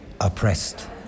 oppressed